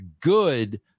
good